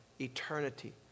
eternity